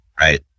Right